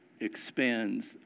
expands